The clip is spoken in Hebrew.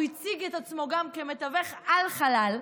הוא הציג את עצמו כמתווך-על חלל,